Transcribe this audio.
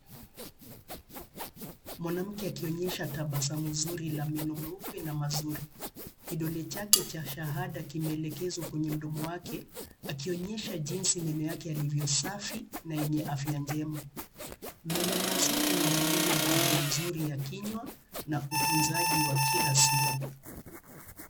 Mwanamke akionyesha tabasamu nzuri la meno meupe na mazuri. Kidole chake cha shahada kimeelekezwa kwenye mdomo wake, akionyesha jinsi meno yake yalivyo safi na yenye afya njema. Meno mazuri ni dalili ya afya nzuri ya kinywa na utunzaji wa kila siku.